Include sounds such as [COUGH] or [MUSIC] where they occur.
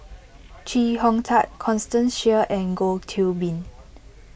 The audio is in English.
[NOISE] Chee Hong Tat Constance Sheares and Goh Qiu Bin